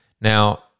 Now